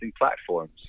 platforms